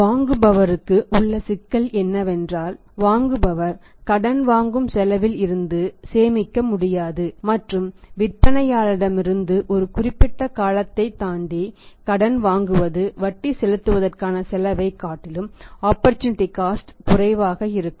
வாங்குபவருக்கு உள்ள சிக்கல் என்னவென்றால் வாங்குபவர் கடன் வாங்கும் செலவில் இருந்து சேமிக்க முடியாது மற்றும் விற்பனையாளரிடமிருந்து ஒரு குறிப்பிட்ட காலத்தைத் தாண்டி கடன் வாங்குவது வட்டி செலுத்துவதற்கான செலவை காட்டிலும் ஆபர்டூநிடீ காஸ்ட் குறைவாக இருக்கும்